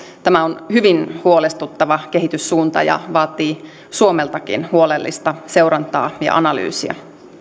tämä on hyvin huolestuttava kehityssuunta ja vaatii suomeltakin huolellista seurantaa ja analyysiä